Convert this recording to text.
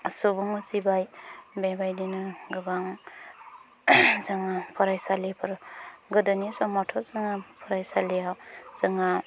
सुबुं उजिबाय बेबायदिनो गोबां जोङो फरायसालिफोर गोदोनि समावथ' जोङो फरायसालियाव जोंहा